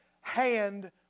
hand